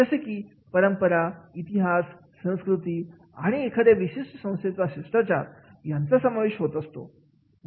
जसे की परंपरा इतिहास संस्कृती आणि एखाद्या विशिष्ट संस्थेचे शिष्टाचार यांचा समावेश होतो